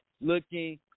looking